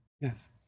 Yes